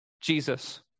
Jesus